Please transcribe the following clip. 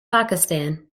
pakistan